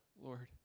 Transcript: Lord